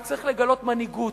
רק צריך לגלות מנהיגות,